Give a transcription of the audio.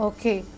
Okay